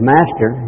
Master